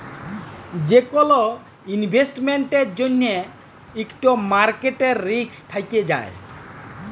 যে কল ইলভেস্টমেল্টের জ্যনহে ইকট মার্কেট রিস্ক থ্যাকে যায়